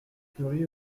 fleury